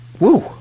woo